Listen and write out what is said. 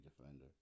defender